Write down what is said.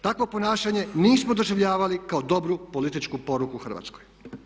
Takvo ponašanje nismo doživljavali kao dobru političku poruku Hrvatskoj.